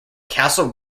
castle